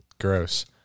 gross